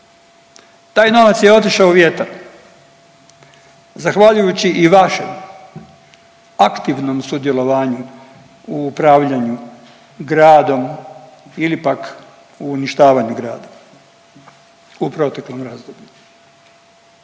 Taj novac je otišao u vjetar zahvaljujući i vašem aktivnom sudjelovanju u upravljanju gradom ili pak u uništavanju grada u proteklom razdoblju.